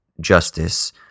justice